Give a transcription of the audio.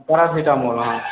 paracetamol हँ